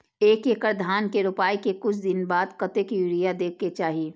एक एकड़ धान के रोपाई के कुछ दिन बाद कतेक यूरिया दे के चाही?